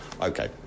Okay